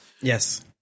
Yes